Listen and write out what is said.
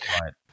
Right